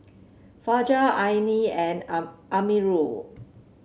Fajar Aina and Amirul